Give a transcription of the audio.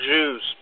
Jews